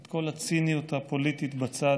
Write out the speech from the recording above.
את כל הציניות הפוליטית בצד,